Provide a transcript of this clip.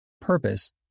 purpose